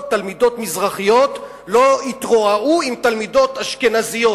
תלמידות מזרחיות לא יתרועעו עם תלמידות אשכנזיות,